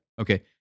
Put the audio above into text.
Okay